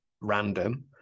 random